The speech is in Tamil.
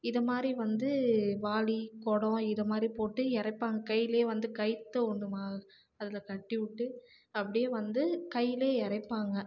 இது மாதிரி வந்து வாளி குடம் இதை மாதிரி போட்டு இறைப்பாங்க கையிலே வந்து கைத்த ஒன்று ம அதில் கட்டிவிட்டு அப்டி வந்து கையிலையே இறைப்பாங்க